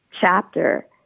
chapter